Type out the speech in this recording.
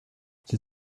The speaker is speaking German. die